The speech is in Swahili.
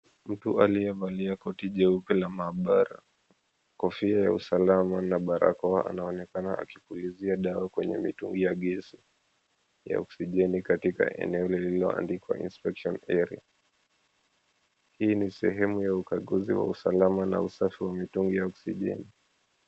Mtu aliyevalia koti jeupe la maabara, kofia ya usalama na barakoa anaonekana akipulizia dawa kwenye mitungi ya gesi ya oksijeni katika eneo lililoandikwa, Inspection Area . Hii ni sehemu ya ukaguzi wa usalama na usafi wa mitungi ya oksijeni.